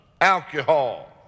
alcohol